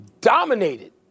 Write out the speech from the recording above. dominated